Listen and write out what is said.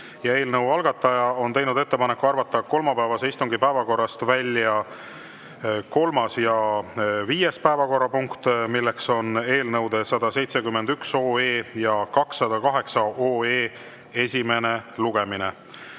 eelnõu algataja on teinud ettepaneku arvata kolmapäevase istungi päevakorrast välja kolmas ja viies päevakorrapunkt, milleks on eelnõude 171 ja 208 esimene lugemine.